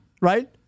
right